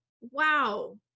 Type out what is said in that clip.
Wow